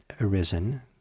arisen